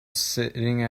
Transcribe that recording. sitting